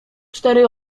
cztery